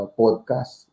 podcast